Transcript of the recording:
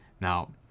Now